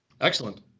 excellent